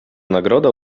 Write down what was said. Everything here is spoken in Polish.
nagroda